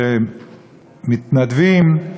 שמתנדבים,